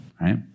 right